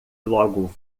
logo